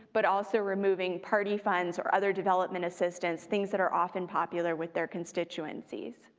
but also removing party funds or other development assistance, things that are often popular with their constituencies.